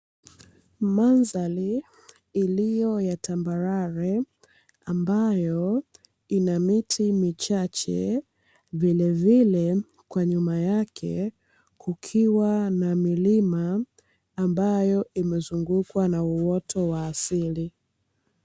Mandhari iliyo ya tambarare ambayo ina miti michache, vilevile kwa nyuma yake kukiwa na milima ambayo imezungukwa na uoto wa asili.